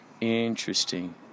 Interesting